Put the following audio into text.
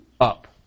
up